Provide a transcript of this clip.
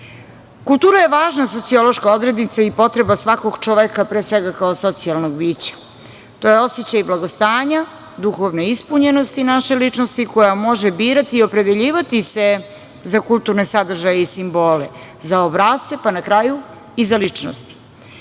je važna sociološka odrednica i potreba svakog čoveka, pre svega, kao socijalnog bića. To je osećaj blagostanja, duhovne ispunjenosti naše ličnosti koja može birati i opredeljivati se za kulturne sadržaje i simbole, za obrasce, pa na kraju i za ličnosti. Ono